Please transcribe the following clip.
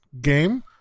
game